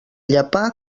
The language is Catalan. llepar